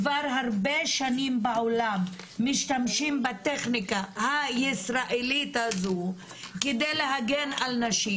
כבר הרבה שנים בעולם משתמשים בטכניקה הישראלית הזו כדי להגן על נשים,